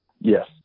Yes